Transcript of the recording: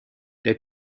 der